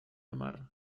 amar